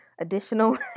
additional